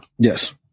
Yes